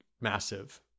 massive